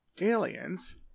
aliens